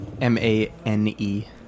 M-A-N-E